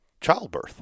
childbirth